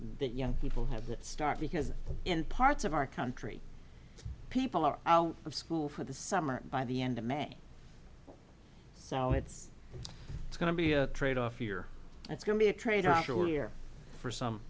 t young people have that start because in parts of our country people are out of school for the summer by the end of may so it's going to be a trade off here that's going to be a trade off shore year for some